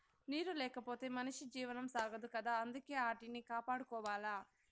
నీరు లేకపోతె మనిషి జీవనం సాగదు కదా అందుకే ఆటిని కాపాడుకోవాల